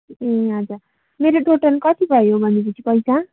ए हजुर मेरो टोटल कति भयो भने पछि पैसा